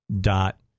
Dot